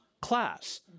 class